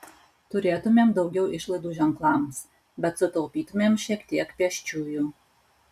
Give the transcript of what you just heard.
turėtumėm daugiau išlaidų ženklams bet sutaupytumėm šiek tiek pėsčiųjų